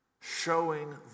showing